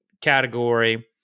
category